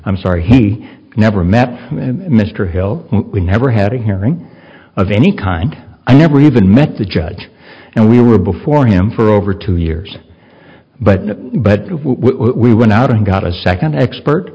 i'm sorry he never met mr hill we never had a hearing of any kind i never even met the judge and we were before him for over two years but but we went out and got a second expert